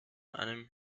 einem